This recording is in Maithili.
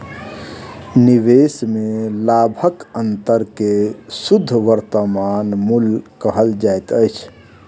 निवेश में लाभक अंतर के शुद्ध वर्तमान मूल्य कहल जाइत अछि